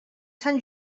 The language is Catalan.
sant